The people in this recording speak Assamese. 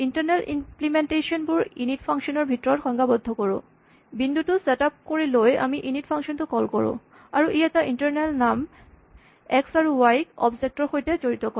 ইন্টাৰনেল ইমপ্লিমেন্টেচন বোৰ ইনিট ফাংচন ৰ ভিতৰত সংজ্ঞাবদ্ধ কৰোঁ বিন্দুটো চেট আপ কৰি লৈ আমি ইনিট ফাংচন টো কল কৰোঁ আৰু ই এই ইন্টাৰনেল নাম এক্স আৰু ৱাই ক অবজেক্ট ৰ সৈতে জড়িত কৰে